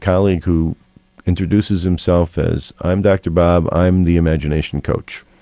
colleague who introduces himself as i'm dr bob, i'm the imagination coach.